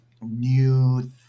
new